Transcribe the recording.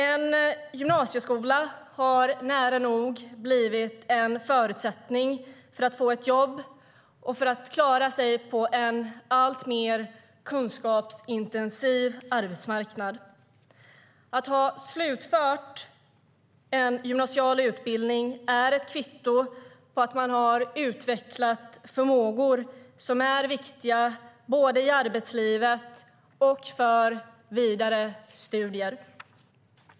En gymnasieutbildning har nära nog blivit en förutsättning för att få ett jobb och för att klara sig på en alltmer kunskapsintensiv arbetsmarknad. Att ha slutfört en gymnasial utbildning är ett kvitto på att man har utvecklat förmågor som är viktiga både i arbetslivet och för vidare studier.